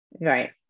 Right